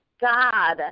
God